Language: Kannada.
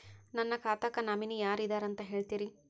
ನನ್ನ ಖಾತಾಕ್ಕ ನಾಮಿನಿ ಯಾರ ಇದಾರಂತ ಹೇಳತಿರಿ?